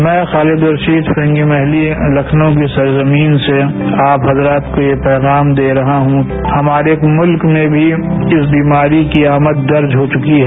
भैं खालीद रशीद फिरंगी महली लखनऊ की सरजमीं से आप हजरात को ये पैगाम दे रहा हूं कि हमारे मुल्क में भी इस बीमारी की आमद दर्ज हो चुकी है